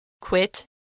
quit